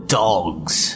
dogs